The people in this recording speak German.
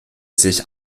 sich